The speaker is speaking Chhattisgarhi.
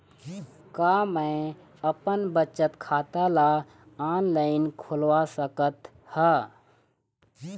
का मैं अपन बचत खाता ला ऑनलाइन खोलवा सकत ह?